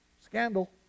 scandal